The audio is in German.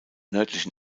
nördlichen